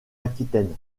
aquitaine